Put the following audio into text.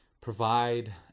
provide